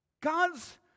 God's